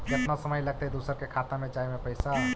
केतना समय लगतैय दुसर के खाता में जाय में पैसा?